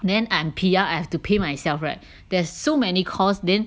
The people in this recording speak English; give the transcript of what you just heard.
then I'm P_R I have to pay myself right there's so many course then